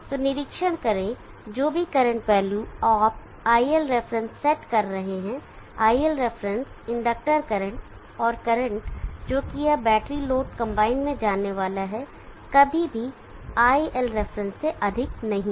तो निरीक्षण करें कि जो भी करंट वैल्यू आप iLref सेट कर रहे हैं iLref इंडक्टर करंट और करंट जो कि यह बैटरी लोड कंबाइन में जाने वाला है कभी भी iLref से अधिक नहीं हो